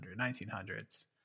1900s